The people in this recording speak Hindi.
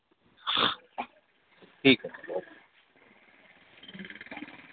ठीक है सर ओके